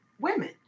women